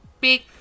big